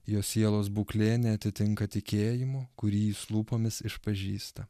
jo sielos būklė neatitinka tikėjimo kurį jis lūpomis išpažįsta